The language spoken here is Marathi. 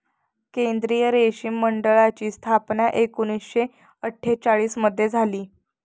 केंद्रीय रेशीम मंडळाची स्थापना एकूणशे अट्ठेचालिश मध्ये झाली